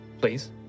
Please